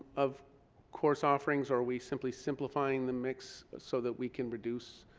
of course offerings? are we simply simplifying the mix so that we can reduce.